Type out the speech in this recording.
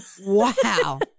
Wow